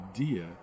idea